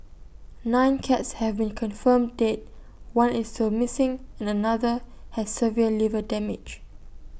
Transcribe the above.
nine cats have been confirmed dead one is still missing and another has severe liver damage